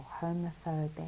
homophobic